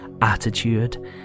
attitude